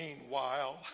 meanwhile